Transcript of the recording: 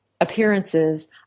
appearances